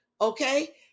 okay